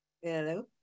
Hello